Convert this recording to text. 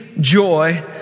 joy